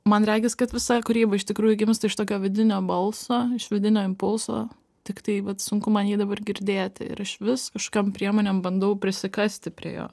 man regis kad visa kūryba iš tikrųjų gimsta iš tokio vidinio balso iš vidinio impulso tiktai vat sunku man jį dabar girdėti ir aš vis kažkokiom priemonėm bandau prisikasti prie jo